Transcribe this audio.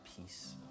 peace